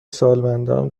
سالمندان